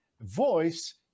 voice